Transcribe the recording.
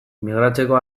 migratzeko